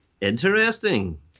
Interesting